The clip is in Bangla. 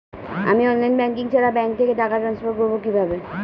আমি অনলাইন ব্যাংকিং ছাড়া ব্যাংক থেকে টাকা ট্রান্সফার করবো কিভাবে?